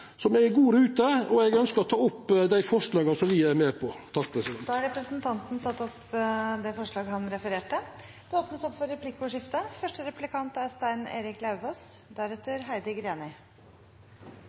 me er i god rute. Eg ønskjer å ta opp det forslaget som me er med på. Representanten Ove Trellevik har tatt opp det forslaget han refererte til. Det blir replikkordskifte. Medlemmer av regjeringspartiet Fremskrittspartiet – de har for